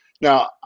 now